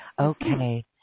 Okay